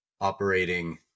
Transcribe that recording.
operating